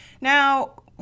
now